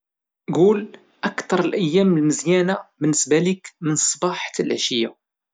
قول أكثر الايام المزيانة بالنسبة ليك من الصباح حتى العشية.